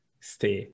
stay